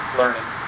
learning